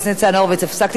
הפסקתי את השעון,